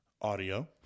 audio